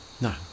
No